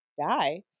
Die